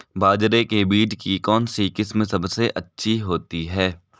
बाजरे के बीज की कौनसी किस्म सबसे अच्छी होती है?